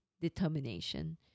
determination